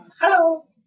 Hello